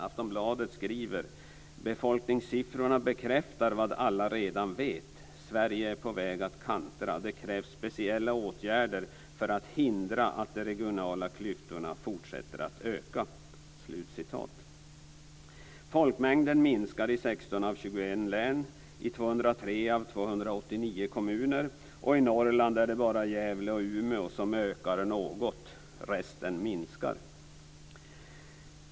Aftonbladet skriver: "Befolkningssiffrorna bekräftar vad alla redan vet: Sverige är på väg att kantra. Det krävs speciella åtgärder för att hindra att de regionala klyftorna fortsätter att öka." kommuner. I Norrland ökar den något bara i Gävle och Umeå. I resten av kommunerna minskar den.